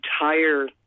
entire